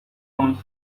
comes